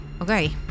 Okay